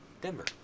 Denver